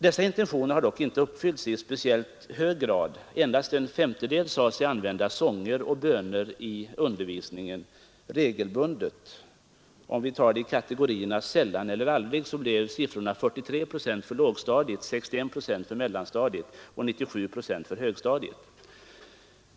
Dessa intentioner har dock inte uppfyllts i speciellt hög grad. Endast en femtedel av lärarna sade sig använda sånger och böner i undervisningen regelbundet. För kategorin ”sällan eller aldrig” blev siffran 43 procent för lågstadiet, 61 procent för mellanstadiet och 97 procent för högstadiet.